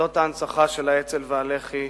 ומוסדות ההנצחה של האצ"ל והלח"י